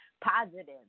positive